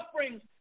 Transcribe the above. sufferings